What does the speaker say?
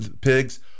pigs